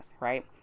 right